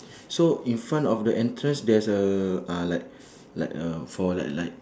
so in front of the entrance there's a uh like like uh for like like